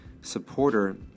supporter